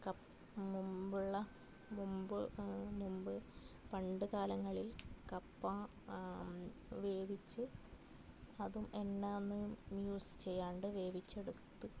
കപ്പ മുൻപുള്ള മുൻപ് മുൻപ് പണ്ട് കാലങ്ങളിൽ കപ്പ വേവിച്ച് അതും എണ്ണയൊന്നും യൂസ് ചെയ്യാണ്ട് വേവിച്ചെടുത്ത്